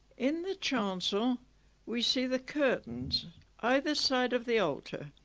in the chancel we see the curtains either side of the altar.